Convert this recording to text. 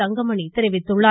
தங்கமணி தெரிவித்துள்ளார்